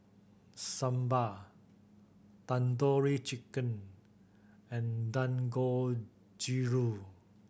Sambar Tandoori Chicken and Dangojiru